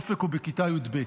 אופק הוא בכיתה י"ב.